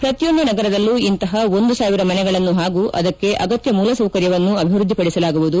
ಪ್ರತಿಯೊಂದು ನಗರದಲ್ಲೂ ಇಂತಹ ಒಂದು ಸಾವಿರ ಮನೆಗಳನ್ನು ಪಾಗೂ ಅದಕ್ಕೆ ಅಗತ್ತ ಮೂಲಸೌಕರ್ಯವನ್ನು ಅಭಿವ್ಯದ್ದಿಪಡಿಸಲಾಗುವುದು